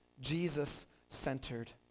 Jesus-centered